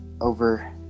over